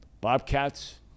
Bobcats